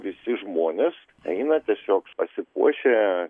visi žmonės eina tiesiog pasipuošę